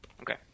Okay